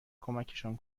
کمکشان